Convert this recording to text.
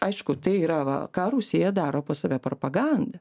aišku tai yra va ką rusija daro pas save propaganda